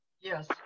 yes